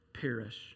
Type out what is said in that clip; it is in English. perish